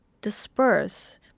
disperse